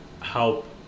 help